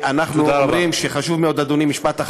אנחנו אומרים שחשוב מאוד, תודה רבה.